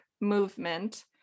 Movement